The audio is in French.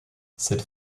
cette